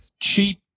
cheap